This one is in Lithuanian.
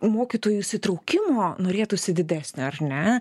mokytojų įsitraukimo norėtųsi didesnio ar ne